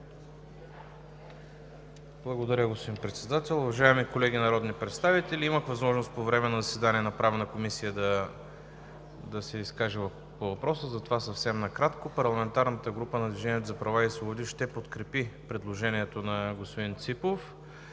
Благодаря, господин Председател. Уважаеми колеги народни представители, имах възможност по време на заседанието на Правната комисия да се изкажа по въпроса, затова съвсем накратко. Парламентарната група на „Движението за права и свободи“ ще подкрепи предложението на господин Ципов.